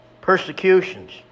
persecutions